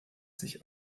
sich